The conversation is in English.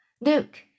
look